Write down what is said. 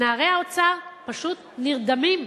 נערי האוצר פשוט נרדמים,